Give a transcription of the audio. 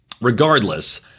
regardless